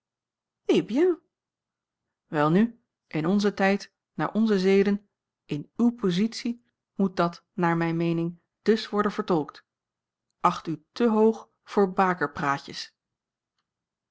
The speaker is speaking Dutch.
welnu in onzen tijd naar onze zeden in uwe positie moet dat naar mijne meening dus worden vertolkt acht u te hoog voor bakerpraatjes